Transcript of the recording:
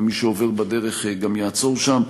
וגם מי שעובר בדרך יעצור שם.